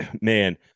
man